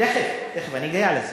תיכף, תיכף, אני אגיע לזה.